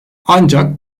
ancak